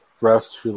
rest